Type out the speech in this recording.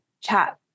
chat